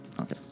Okay